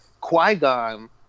Qui-Gon